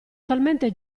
talmente